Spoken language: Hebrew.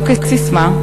לא כססמה,